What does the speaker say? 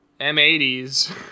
M80s